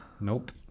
Nope